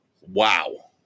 Wow